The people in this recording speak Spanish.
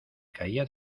caía